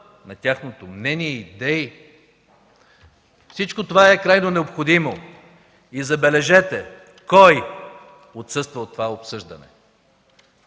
на тяхното мнение и идеи. Всичко това е крайно необходимо. И забележете кой отсъства от това обсъждане,